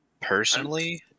Personally